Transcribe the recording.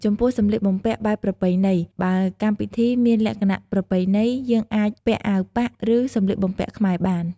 ចំពោះសម្លៀកបំពាក់បែបប្រពៃណីបើកម្មពិធីមានលក្ខណៈប្រពៃណី យើងអាចពាក់អាវប៉ាក់ ឬសម្លៀកបំពាក់ខ្មែរបាន។